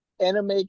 anime